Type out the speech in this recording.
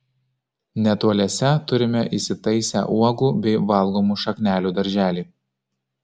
netoliese turime įsitaisę uogų bei valgomų šaknelių darželį